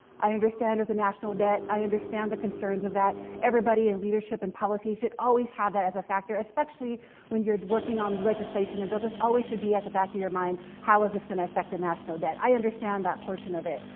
i understand with the national debt, i understand the concerns of that. everybody in leadership and policy should always have that as a factor, especially when you're working on legislation and bills, it always should be at the back of your mind, how is this going to affect the national debt? i understand that portion of it,